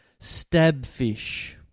Stabfish